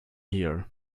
here